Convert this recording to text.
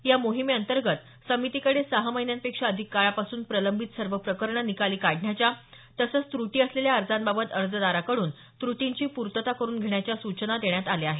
या मोहिमेअंतर्गत समितीकडे सहा महिन्यांपेक्षा अधिक काळापासून प्रलंबित सर्व प्रकरणं निकाली काढण्याच्या तसंच त्रुटी असलेल्या अजाँबाबत अर्जदाराकडून त्रुटींची पूर्तता करुन घेण्याच्या सूचना देण्यात आल्या आहेत